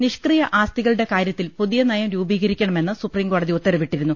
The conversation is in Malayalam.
നിഷ്ക്രിയ ആസ്തികളുടെ കാര്യത്തിൽ പുതിയ നയം രൂപീകരിക്കണമെന്ന് സുപ്രീംകോടതി ഉത്തരവിട്ടിരുന്നു